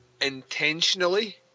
intentionally